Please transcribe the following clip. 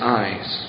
eyes